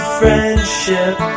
friendship